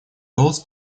голос